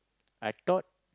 I thought